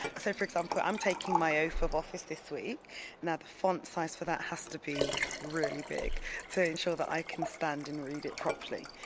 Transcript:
so, for example, i'm taking my oath of office this week now the font size for that has to be really big to ensure that i can stand and read it properly,